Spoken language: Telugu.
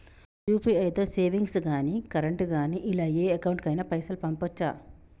యూ.పీ.ఐ తో సేవింగ్స్ గాని కరెంట్ గాని ఇలా ఏ అకౌంట్ కైనా పైసల్ పంపొచ్చా?